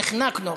נחנקנו.